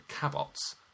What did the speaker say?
cabots